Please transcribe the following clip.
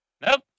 Nope